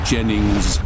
Jennings